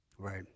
Right